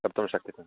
कर्तुं शक्यते